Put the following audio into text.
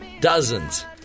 Dozens